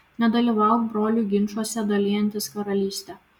nedalyvauk brolių ginčuose dalijantis karalystę